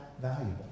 valuable